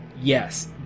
yes